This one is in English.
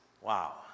Wow